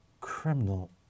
criminal